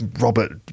robert